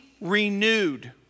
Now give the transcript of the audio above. renewed